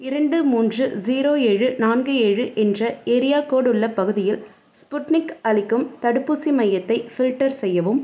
இரண்டு மூன்று ஜீரோ ஏழு நான்கு ஏழு என்ற ஏரியா கோடு உள்ள பகுதியில் ஸ்புட்னிக் அளிக்கும் தடுப்பூசி மையத்தை ஃபில்டர் செய்யவும்